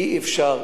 אי-אפשר.